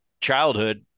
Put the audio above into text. childhood